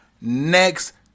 next